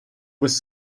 was